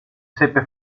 seppe